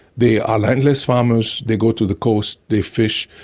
they are landless farmers, they go to the coast, they fish.